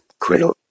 Criddle